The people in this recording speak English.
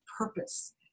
purpose